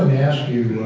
ask you